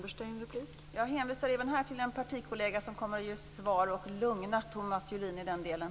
Fru talman! Jag hänvisar även här till en partikollega, som kommer att ge svar och lugna Thomas Julin i den delen.